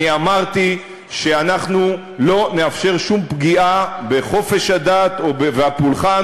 ואני אמרתי שאנחנו לא נאפשר שום פגיעה בחופש הדת והפולחן